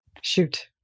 Shoot